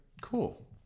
Cool